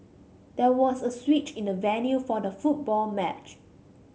there was a switch in the venue for the football match